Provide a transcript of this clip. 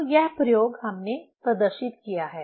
तो यह प्रयोग हमने प्रदर्शित किया है